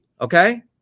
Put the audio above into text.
okay